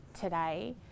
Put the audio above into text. today